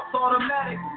automatic